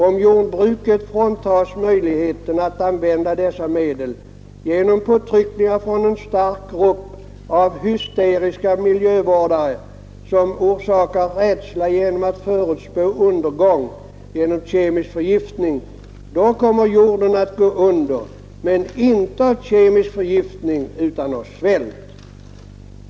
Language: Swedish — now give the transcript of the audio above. Om jordbruket fråntas möjligheten att använda dessa medel genom påtryckningar från en stark grupp av hysteriska miljövårdare — som orsakar rädsla genom att förutspå undergång genom kemisk förgiftning — då kommer jorden att gå under men inte av kemisk förgiftning utan av svält!